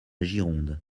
gironde